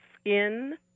Skin